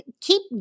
keep